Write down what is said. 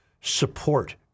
support